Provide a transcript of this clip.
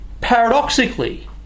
paradoxically